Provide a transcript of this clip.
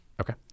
Okay